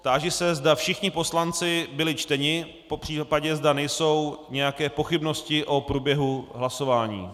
Táži se, zda všichni poslanci byli čteni, popřípadě zda nejsou nějaké pochybnosti o průběhu hlasování.